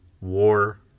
war